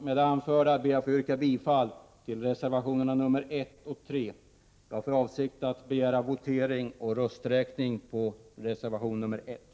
Med det anförda ber jag att få yrka bifall till reservationerna nr. 1 och 3. Jag har för avsikt att begära votering och rösträkning på reservation nr. 1.